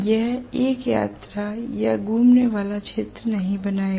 यह एक यात्रा या घूमने वाला क्षेत्र नहीं बनाएगा